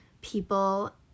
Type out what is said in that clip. people